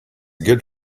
good